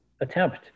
attempt